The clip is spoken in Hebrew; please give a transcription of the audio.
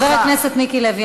חבר הכנסת מיקי לוי,